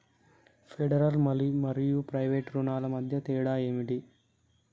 Federal మరియు private రుణాల మధ్య తేడా ఏమిటి?